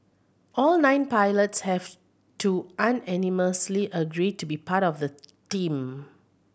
all nine pilots have to unanimously agree to be part of the team